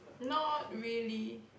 not really